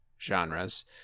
genres